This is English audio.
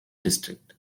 district